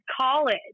college